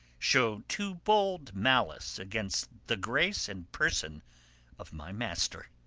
show too bold malice against the grace and person of my master,